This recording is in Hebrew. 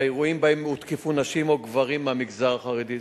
באירועים שבהם הותקפו נשים או גברים מהמגזר החרדי.